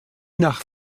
nach